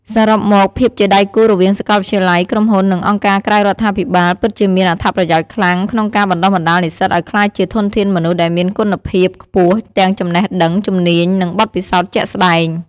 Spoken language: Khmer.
សរុបមក ភាពជាដៃគូរវាងសាកលវិទ្យាល័យ ក្រុមហ៊ុន និងអង្គការក្រៅរដ្ឋាភិបាលពិតជាមានអត្ថប្រយោជន៍ខ្លាំងក្នុងការបណ្ដុះបណ្ដាលនិស្សិតឲ្យក្លាយជាធនធានមនុស្សដែលមានគុណភាពខ្ពស់ ទាំងចំណេះដឹង ជំនាញ និងបទពិសោធន៍ជាក់ស្ដែង។